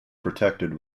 protected